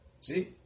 See